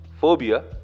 phobia